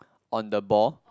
on the ball